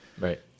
Right